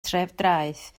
trefdraeth